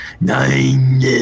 Nine